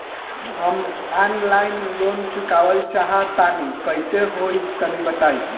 हम online loan चुकावल चाहऽ तनि कइसे होई तनि बताई?